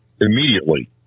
immediately